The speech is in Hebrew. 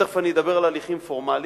ותיכף אני אדבר על הליכים פורמליים.